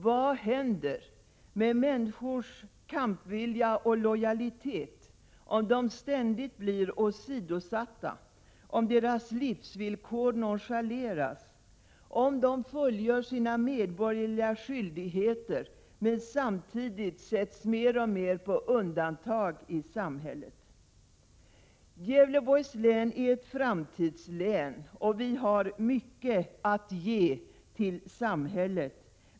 Vad händer med människors kampvilja och lojalitet om de ständigt blir åsidosatta, om deras livsvillkor nonchaleras och om de, samtidigt som de fullgör sina medborgerliga skyldigheter, mer och mer sätts på undantag i samhället? Gävleborgs län är ett framtidslän, och vi som bor i Gävleborgs län har mycket att ge till samhället.